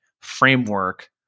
framework